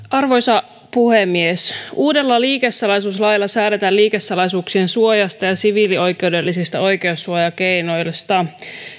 arvoisa puhemies uudella liikesalaisuuslailla säädetään liikesalaisuuksien suojasta ja siviilioikeudellisista oikeussuojakeinoista